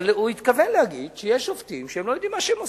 אבל הוא התכוון להגיד שיש שופטים שלא יודעים מה שהם עושים.